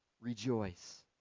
Rejoice